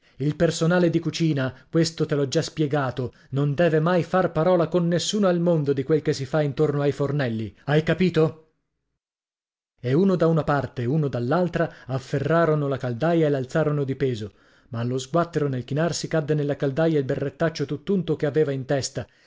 il personale di cucina questo te l'ho già spiegato non deve mai far parola con nessuno al mondo di quel che si fa intorno ai fornelli hai capito e uno da una parte uno dall'altra afferrarono la caldaia e l'alzarono di peso ma allo sguattero nel chinarsi cadde nella caldaia il berrettaccio tutt'unto che aveva in testa